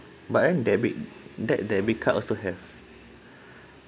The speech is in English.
but I'm debit that debit card also have